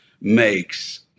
makes